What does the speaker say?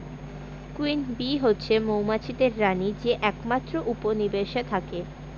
queen bee হচ্ছে মৌমাছিদের রানী যে একমাত্র উপনিবেশে থাকে